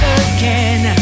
again